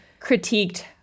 critiqued